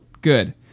Good